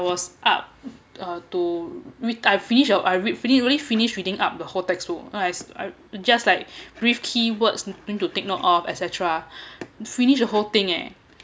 was up uh to read I finish or I re~ really really finished reading up the whole textbook I was like just like brief keywords think to take note oh etcetera finished the whole thing eh